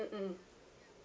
mm mm